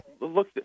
Look